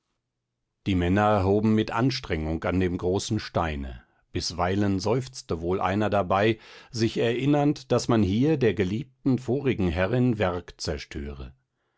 die männer hoben mit anstrengung an dem großen steine bisweilen seufzte wohl einer dabei sich erinnernd daß man hier der geliebten vorigen herrin werk zerstöre